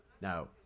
Now